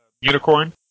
Unicorn